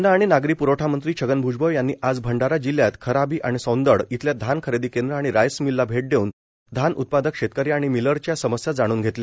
अन्न आणि नागरी प्रवठा मंत्री छगन भ्जबळ यांनी आज भंडारा जिल्ह्यात खराबी आणि सौंदड इथल्या धान खरेदी केंद्र आणि राईस मिलला भेट देऊन धान उत्पादक शेतकरी आणि मिलरच्या समस्या जाणून घेतल्या